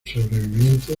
sobrevivientes